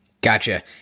Gotcha